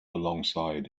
alongside